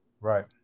Right